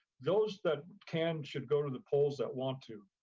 those that can should go to the polls that want to,